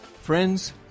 Friends